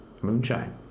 moonshine